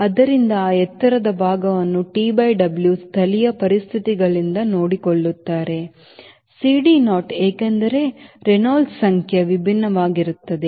ಆದ್ದರಿಂದ ಆ ಎತ್ತರದ ಭಾಗವನ್ನು TW ಸ್ಥಳೀಯ ಪರಿಸ್ಥಿತಿಗಳಿಂದನೋಡಿಕೊಳ್ಳುತ್ತಾರೆ CD naught ಏಕೆಂದರೆ ರೆನಾಲ್ಡ್ಸ್ ಸಂಖ್ಯೆ ವಿಭಿನ್ನವಾಗಿರುತ್ತದೆ